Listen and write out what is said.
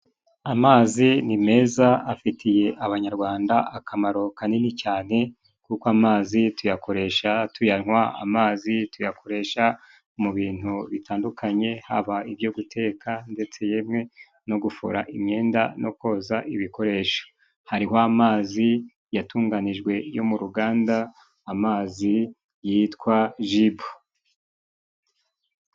Amazi ni meza afitiye abanyarwanda akamaro kanini cane, kuko amazi tuyakoresha tuyanywa, amazi tuyakoresha mu bintu bitandukanye haba ibyo guteka, ndetse yemwe no gufUra imyenda no koza ibikoresho, hariho amazi yatunganijwe yo mu ruganda, amazi yitwa jibu.